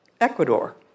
Ecuador